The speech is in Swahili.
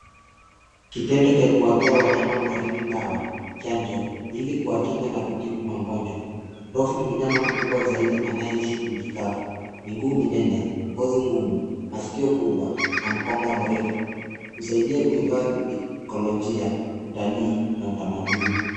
Kitendo cha kuwapea wanyama porini dawa, chanjo ili kuwakinga na kutibu magonjwa. Ndovu ni mnyama mkubwa zaidi anayeishi nchi kavu, miguu minene, ngozi ngumu, masikio kubwa na mkonga mrefu, husaidia kuhifdhi ekolojia, utalii na utamaduni.